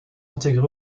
intégrés